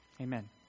Amen